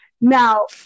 Now